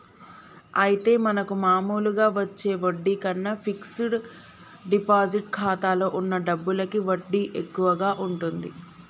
అయితే మనకు మామూలుగా వచ్చే వడ్డీ కన్నా ఫిక్స్ డిపాజిట్ ఖాతాలో ఉన్న డబ్బులకి వడ్డీ ఎక్కువగా ఉంటుంది